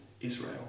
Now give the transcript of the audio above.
Israel